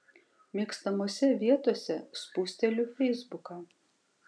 mėgstamose vietose spusteliu feisbuką